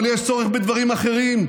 אבל יש צורך בדברים אחרים,